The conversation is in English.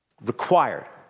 Required